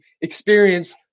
experience